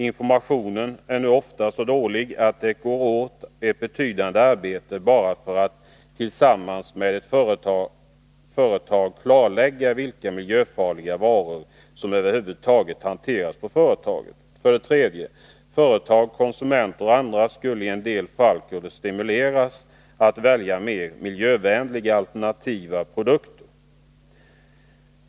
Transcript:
Informationen är nu oftast så dålig att det går åt ett betydande arbete bara för att tillsammans med ett företag klarlägga vilka miljöfarliga varor som över huvud taget hanteras på företaget. 3. Företag, konsumenter och andra skulle i en del fall kunna stimuleras att välja mer miljövänliga alternativa produkter.